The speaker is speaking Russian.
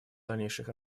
дальнейших